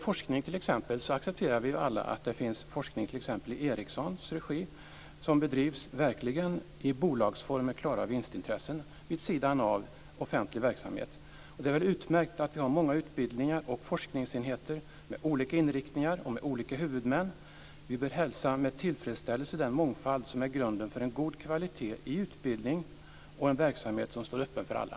Vi accepterar alla att det bedrivs forskning i t.ex. Ericssons regi, som verkligen bedrivs i bolagsform med klara vinstintressen vid sidan av offentlig verksamhet. Det är väl utmärkt att vi har många utbildningar och forskningsenheter med olika inriktningar och med olika huvudmän. Vi bör med tillfredsställelse hälsa den mångfald som är grunden för en god kvalitet i utbildningen och en verksamhet som står öppen för alla.